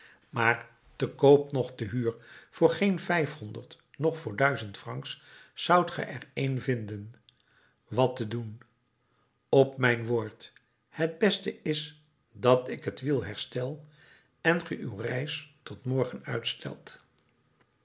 maar te koop noch te huur voor geen vijfhonderd noch voor duizend francs zoudt ge er een vinden wat te doen op mijn woord het beste is dat ik het wiel herstel en ge uw reis tot morgen uitstelt